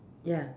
ya